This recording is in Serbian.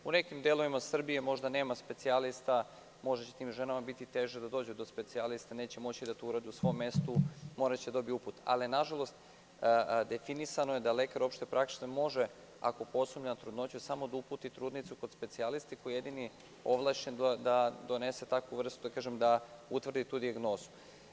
U nekim delovima Srbije možda nema specijalista, možda će tim ženama biti teže da dođu do specijaliste, neće moći da to urade u svom mestu, moraće da dobiju uput, ali definisano je da lekar opšte prakse može, ako posumnja na trudnoću, samo da uputi trudnicu kod specijaliste, koji jedini ovlašćen da donese takvu vrstu dijagnozu.